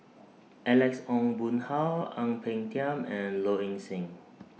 Alex Ong Boon Hau Ang Peng Tiam and Low Ing Sing